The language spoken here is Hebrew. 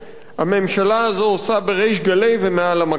הממשלה הזו עושה בריש גלי ומעל המקפצה.